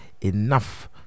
enough